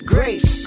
Grace